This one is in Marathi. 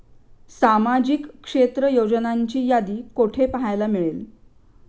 सामाजिक क्षेत्र योजनांची यादी कुठे पाहायला मिळेल?